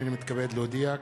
הנני מתכבד להודיע,